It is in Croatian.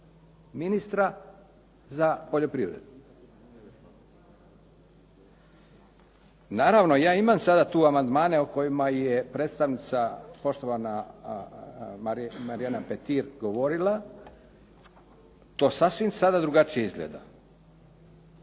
ministra za poljoprivredu. Naravno, ja imam sada tu amandmane o kojima je predstavnica poštovana Marijana Petir govorila. To sasvim sada drugačije izgleda,